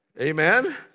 Amen